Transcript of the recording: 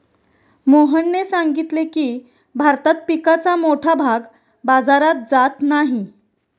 मोहनने सांगितले की, भारतात पिकाचा मोठा भाग बाजारात जात नाही